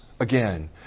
again